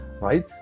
right